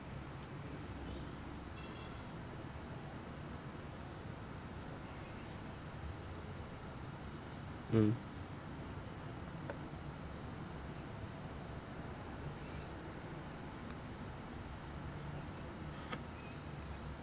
mm